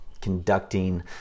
conducting